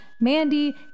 Mandy